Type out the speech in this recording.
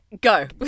go